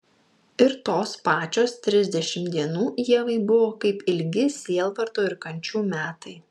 ir tos pačios trisdešimt dienų ievai buvo kaip ilgi sielvarto ir kančių metai